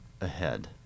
ahead